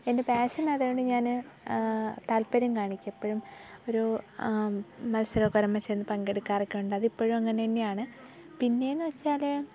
എൻ്റെ പാഷൻ അതാണ് ഞാൻ താൽപ്പര്യം കാണിക്കും എപ്പോഴും ഒരു മത്സരം ഒക്കെ വരുമ്പോൾ ചെന്ന് പങ്കെടുക്കാറൊക്കെ ഉണ്ട് അതിപ്പോഴും അങ്ങനെ തന്നെയാണ് പിന്നെയെന്ന് വെച്ചാൽ